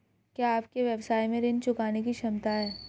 क्या आपके व्यवसाय में ऋण चुकाने की क्षमता है?